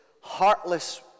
heartless